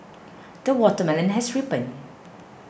the watermelon has ripened